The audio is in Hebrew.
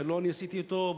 שלא אני עשיתי אותו,